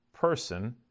person